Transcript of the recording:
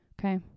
okay